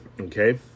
Okay